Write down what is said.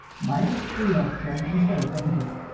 my visit to yorkshire was very profit able.